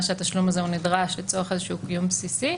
שהתשלום הזה נדרש לצורך איזה שהוא קיום בסיסי,